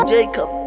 Jacob